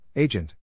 Agent